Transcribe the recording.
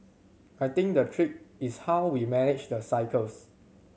I think the trick is how we manage the cycles